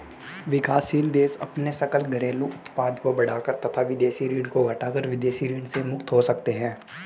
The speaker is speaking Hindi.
विकासशील देश अपने सकल घरेलू उत्पाद को बढ़ाकर तथा विदेशी ऋण को घटाकर विदेशी ऋण से मुक्त हो सकते हैं